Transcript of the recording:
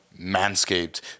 Manscaped